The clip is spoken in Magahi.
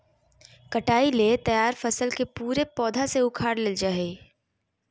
कटाई ले तैयार फसल के पूरे पौधा से उखाड़ लेल जाय हइ